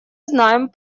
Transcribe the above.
знаем